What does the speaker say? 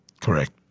Correct